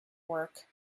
work